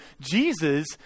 Jesus